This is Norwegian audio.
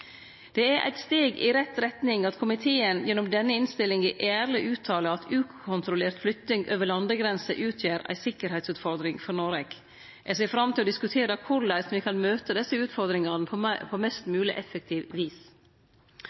Det er eit steg i rett retning at komiteen gjennom denne innstillinga ærleg uttalar at ukontrollert flytting over landegrenser utgjer ei sikkerheitsutfordring for Noreg. Eg ser fram til å diskutere korleis me kan møte desse utfordringane på mest mogleg effektivt vis.